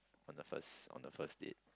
on the first on the first date